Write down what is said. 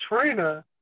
Trina